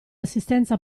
assistenza